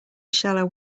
shallow